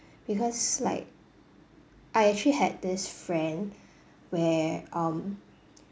because like I actually had this friend where um